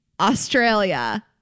Australia